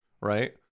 Right